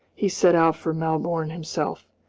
he set out for melbourne himself,